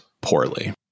poorly